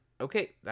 okay